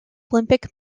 olympic